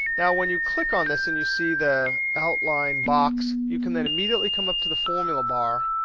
now, when you click on this and you see the outline box, you can then immediately come up to the formula bar,